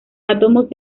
átomos